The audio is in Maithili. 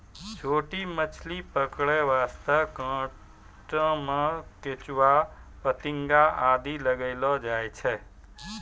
छोटो मछली पकड़ै वास्तॅ कांटा मॅ केंचुआ, फतिंगा आदि लगैलो जाय छै